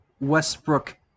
Westbrook